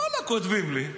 ואללה, כותבים לי,